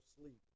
sleep